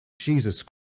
Jesus